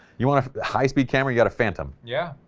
you want a high-speed camera got a phantom. yeah.